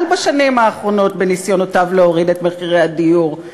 בשנים האחרונות בניסיונותיו להוריד את מחירי הדיור,